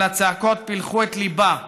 אבל הצעקות פילחו את ליבה.